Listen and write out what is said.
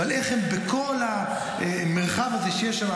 אבל איך הם בכל המרחב הזה שיש שם,